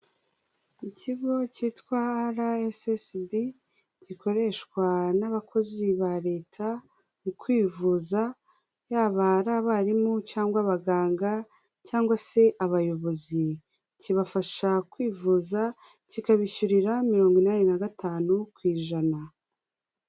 Ikigo cyitwa ara esi esi bi, gikoreshwa n'abakozi ba leta mu kwivuza, yaba ari abarimu cyangwa abaganga cyangwa se abayobozi kibafasha kwivuza kikabishyurira mirongo inani na gatanu ku ijana.